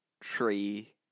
tree